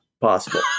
possible